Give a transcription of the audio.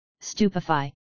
Stupefy